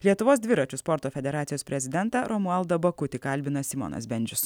lietuvos dviračių sporto federacijos prezidentą romualdą bakutį kalbina simonas bendžius